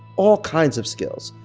all kinds of skills,